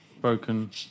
Broken